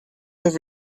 have